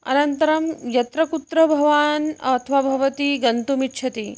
अनन्तरं यत्र कुत्र भवान् अथवा भवती गन्तुम् इच्छति